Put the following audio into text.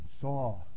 saw